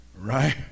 Right